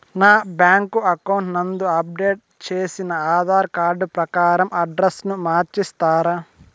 నా bank account నందు update చేసిన ఆధార్ కార్డు ప్రకారం అడ్రస్ ను మార్చిస్తారా?